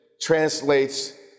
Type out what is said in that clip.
translates